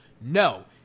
No